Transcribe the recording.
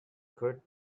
could